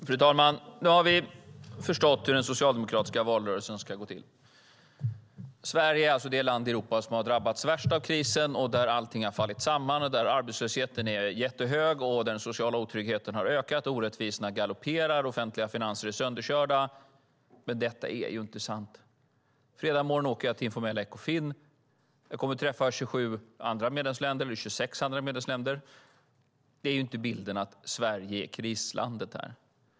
Fru talman! Nu har vi förstått hur den socialdemokratiska valrörelsen ska gå till. Sverige är alltså det land i Europa som har drabbats värst av krisen och där allting har fallit samman, där arbetslösheten är jättehög, där den sociala otryggheten har ökat, där orättvisorna galopperar och där de offentliga finanserna är sönderkörda, men detta är ju inte sant. På fredag morgon åker jag till informella Ekofin. Jag kommer att träffa 26 andra medlemsländer. Bilden är inte att Sverige är krislandet här.